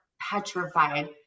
petrified